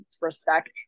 respect